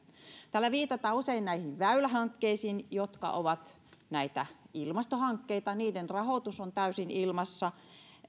tällä viitataan usein näihin väylähankkeisiin jotka ovat näitä ilmastohankkeita niiden rahoitus on täysin ilmassa